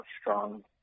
strong